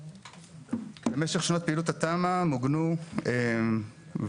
במשך שנות פעילות התמ"א מוגנו וחוזקו